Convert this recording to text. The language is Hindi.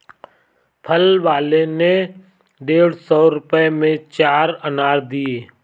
फल वाले ने डेढ़ सौ रुपए में चार अनार दिया